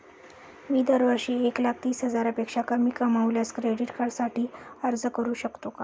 मी दरवर्षी एक लाख तीस हजारापेक्षा कमी कमावल्यास क्रेडिट कार्डसाठी अर्ज करू शकतो का?